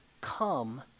come